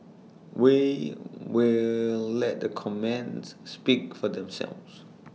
we will let the comments speak for themselves